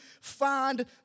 find